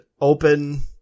open